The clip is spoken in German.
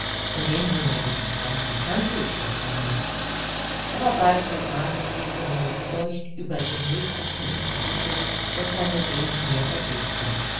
und den wunderlichen fremden kannte ich doch gar nicht aber bald vergaß ich diese meine furcht über dem lebhaften interesse das seine reden mir erregten